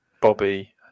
bobby